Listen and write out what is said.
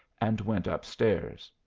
and went up-stairs.